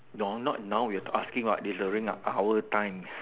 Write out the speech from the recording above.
you're not now we're asking what is the ring up our time